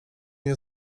nie